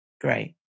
Great